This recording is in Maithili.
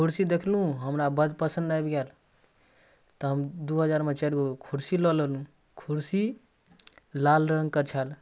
कुरसी देखलहुँ हमरा बड़ पसन्द आबि गेल तऽ दुइ हजारमे चारिगो कुरसी लऽ लेलहुँ कुरसी लाल रङ्गके छल